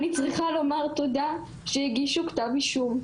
אני צריכה לומר תודה שהגישו כתב אישום.